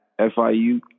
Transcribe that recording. FIU